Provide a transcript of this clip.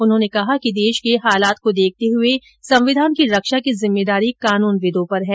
उन्होंने कहा कि देश के हालात को देखते हुए संविधान की रक्षा की जिम्मेदारी कानूनविदो पर है